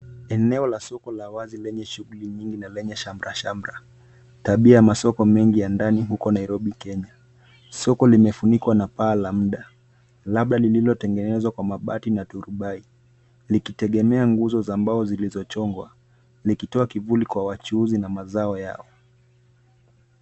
Eneo la soko la wazi lenye shughuli nyingi na lenye shamra shamra. Tabia ya masoko mengi ya ndani ya huko Nairobi, Kenya. Soko limefunikwa na paa la mda labda lililotengenezwa kwa mabati na turubai, likitegemea guzo la mbao zilizochongwa; likitoa kivuli kwa wachuuzi na mazao yao.